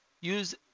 use